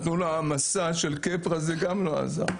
נתנו לו העמסה של קיפרה, וזה גם לא עזר.